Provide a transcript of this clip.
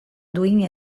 duin